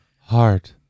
Heart